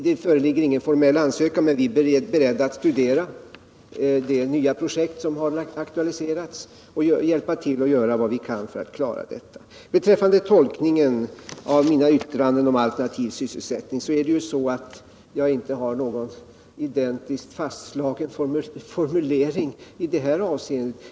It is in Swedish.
Det föreligger ingen formell ansökan, men vi är beredda att studera det nya projekt som har aktualiserats och hjälpa till att göra vad vi kan för att klara detta. Beträffande tolkningen av mina yttranden om alternativ sysselsättning vill jag säga att jag inte har någon identiskt fastslagen formulering i detta avseende.